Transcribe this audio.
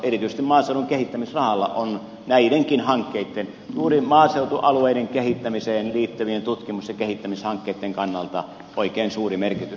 erityisesti maaseudun kehittämisrahalla on näidenkin hankkeitten juuri maaseutualueiden kehittämiseen liittyvien tutkimus ja kehittämishankkeitten kannalta oikein suuri merkitys